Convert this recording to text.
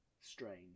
strange